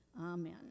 Amen